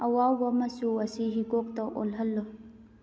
ꯑꯋꯥꯎꯕ ꯃꯆꯨ ꯑꯁꯤ ꯍꯤꯒꯣꯛꯇ ꯑꯣꯜꯍꯜꯂꯨ